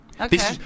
Okay